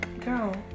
Girl